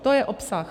To je obsah.